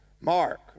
Mark